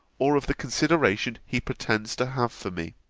or of the consideration he pretends to have for me.